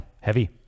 Heavy